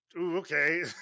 okay